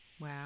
Wow